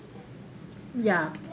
ya